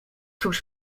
cóż